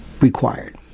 required